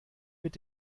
mit